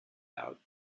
out